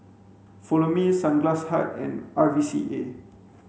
follow me Sunglass Hut and R V C A